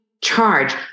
charge